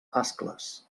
ascles